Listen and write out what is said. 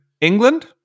England